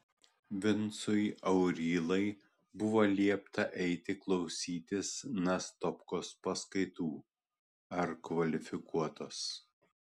vincui aurylai buvo liepta eiti klausytis nastopkos paskaitų ar kvalifikuotos